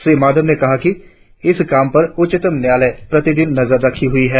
श्री माधव ने कहा कि इस काम पर उच्चतम न्यायालय प्रतिदिन नजर रखे हुए है